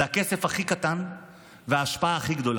זה הכסף הכי קטן וההשפעה הכי גדולה,